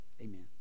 Amen